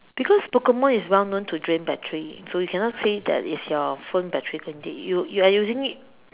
because Pokemon is well known to drain battery so you cannot say that it's your phone battery can take you you're using it